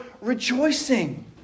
rejoicing